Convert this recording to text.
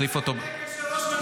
--- של ראש ממשלה.